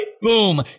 Boom